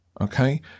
Okay